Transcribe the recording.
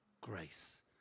grace